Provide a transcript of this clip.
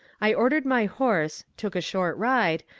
i ordered my horse, took a short ride,